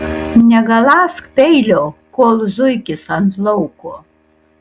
negaląsk peilio kol zuikis ant lauko